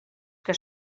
que